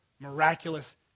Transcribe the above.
miraculous